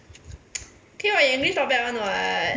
okay [what] your english not bad one [what]